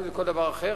אם לכל דבר אחר,